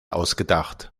ausgedacht